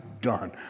done